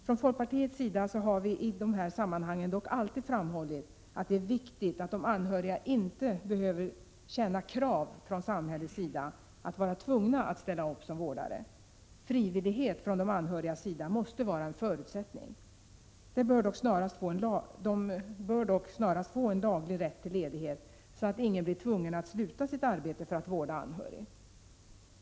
Från folkpartiets sida har vi i de här sammanhangen dock alltid framhållit att det är viktigt att de anhöriga inte behöver känna krav från samhällets sida att vara tvungna att ställa upp som vårdare. Frivillighet från de anhörigas sida måste vara en förutsättning. De bör dock snarast få en laglig rätt till ledighet, så att ingen blir tvungen att sluta sitt arbete för att vårda anhörig.